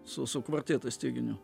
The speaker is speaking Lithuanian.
su su kvartetu styginių